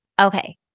okay